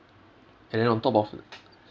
and then on top of